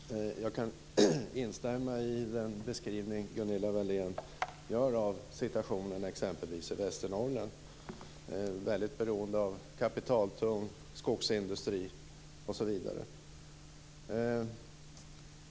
Fru talman! Jag kan instämma i den beskrivning som Gunilla Wahlén gör av situationen i exempelvis Västernorrlands län, stort beroende av kapitaltung skogsindustri osv.